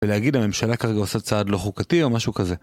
ולהגיד לממשלה כרגע עושה צעד לא חוקתי או משהו כזה.